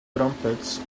trumpets